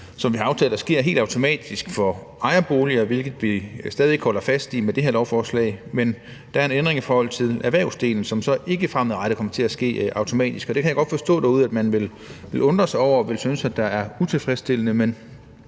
som vi har aftalt sker helt automatisk for ejerboliger, hvilket vi stadig væk holder fast i med det her lovforslag, men der er en ændring i forhold til erhvervslivet, hvor det så fremadrettet ikke kommer til at ske automatisk. Og det kan jeg godt forstå at man vil undre sig over derude og vil synes er utilfredsstillende, men